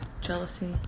jealousy